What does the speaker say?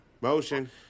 Motion